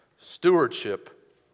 stewardship